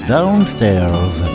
Downstairs